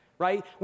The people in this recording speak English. Right